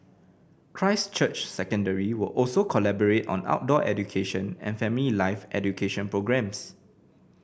Christ Church Secondary will also collaborate on outdoor education and family life education programmes